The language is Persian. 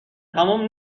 تموم